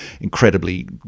incredibly